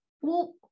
Well-